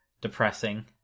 depressing